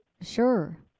Sure